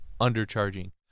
undercharging